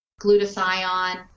glutathione